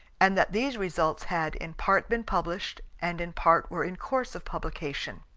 and that these results had in part been published and in part were in course of publication.